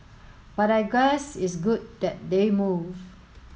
but I guess it's good that they move